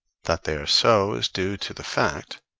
that they are so is due to the fact,